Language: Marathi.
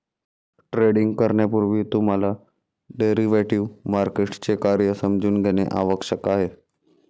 ट्रेडिंग करण्यापूर्वी तुम्हाला डेरिव्हेटिव्ह मार्केटचे कार्य समजून घेणे आवश्यक आहे